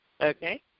okay